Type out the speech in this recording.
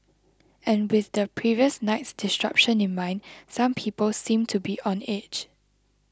and with the previous night's disruption in mind some people seemed to be on edge